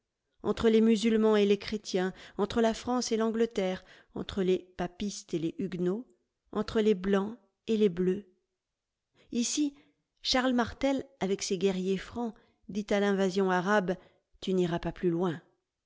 entre les musulmans et les chrétiens entre la france et l'angleterre entre les papistes et les huguenots entre les blancs et les bleus ici charles martel avec ses guerriers francs dit à l'invasion arabe tu n'iras pas plus loin